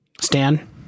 Stan